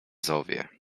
zowie